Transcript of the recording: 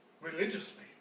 religiously